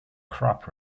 crop